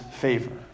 favor